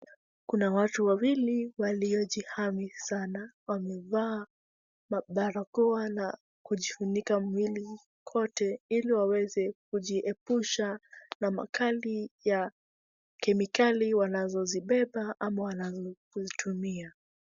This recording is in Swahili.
Kuna watu wawili waliojihami sana, wamevaa mabarakoa na kujifunika mwili kote ili waweze kujiepusha na makali ya kemikali wanazozibeba ama wanavyovitumia.